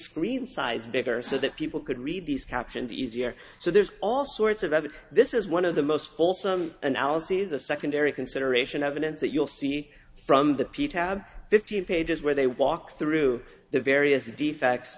screen size bigger so that people could read these captions easier so there's all sorts of other this is one of the most wholesome analyses of secondary consideration evidence that you'll see from the p tab fifteen pages where they walk through the various defects